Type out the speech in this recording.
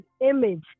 image